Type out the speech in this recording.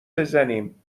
بزنیم